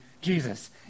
Jesus